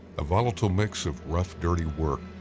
a volatile mix of rough, dirty work,